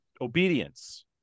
Obedience